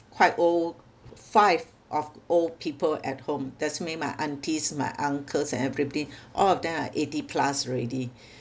quite old five of old people at home that's mean my aunties my uncles and everybody all of them are eighty plus already